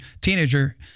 teenager